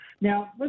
Now